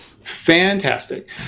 Fantastic